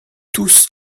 tous